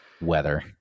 weather